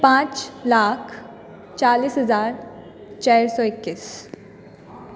पाँच लाख चालीस हजार चारि सए एकैस